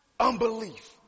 Unbelief